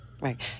Right